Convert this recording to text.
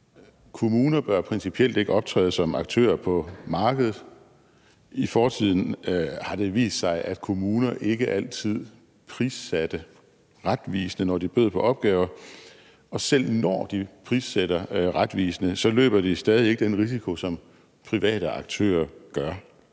Kommuner bør principielt ikke optræde som aktører på markedet. I fortiden har det vist sig, at kommuner ikke altid prissatte retvisende, når de bød på opgaver, og selv når de prissætter retvisende, løber de stadig ikke den risiko, som private aktører gør.